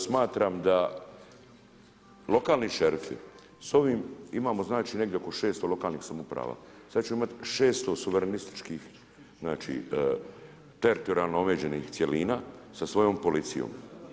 Smatram da lokalni šerifi s ovim imamo negdje oko 600 lokalnih samouprava, sada ćemo imati 600 suverenističkih teritorijalno omeđenih cjelina sa svojom policijom.